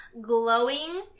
glowing